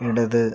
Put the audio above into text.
ഇടത്